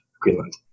Greenland